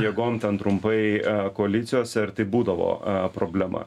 jėgom ten trumpai koalicijose ir tai būdavo problema